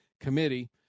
committee